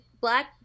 black